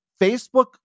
Facebook